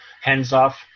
hands-off